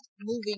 moving